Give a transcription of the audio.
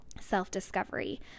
self-discovery